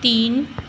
तीन